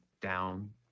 down